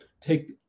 take